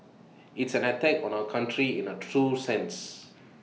it's an attack on our country in A true sense